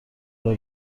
راه